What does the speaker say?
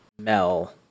Mel